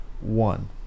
one